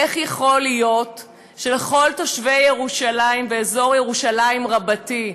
איך יכול להיות שלכל תושבי ירושלים ואזור ירושלים רבתי,